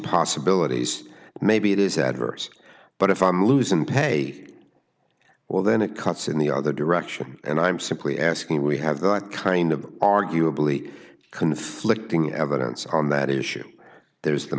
possibilities maybe it is adverse but if i'm losing pay well then it cuts in the other direction and i'm simply asking we have the right kind of arguably conflicting evidence on that issue there is the